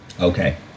Okay